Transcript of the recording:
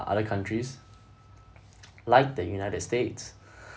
other countries like the united states